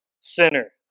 sinner